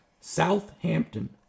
Southampton